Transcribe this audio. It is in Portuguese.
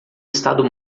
estado